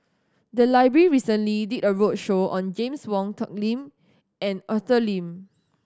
the library recently did a roadshow on James Wong Tuck Lim and Arthur Lim